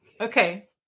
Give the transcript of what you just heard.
Okay